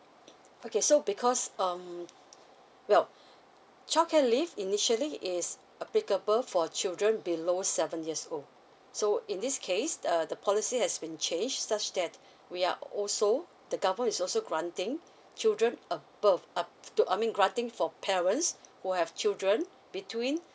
okay so because um well childcare leave initially is applicable for children below seven years old so in this case uh the policy has been change such that we are also the government is also granting children above uh to I mean granting for parents who have children between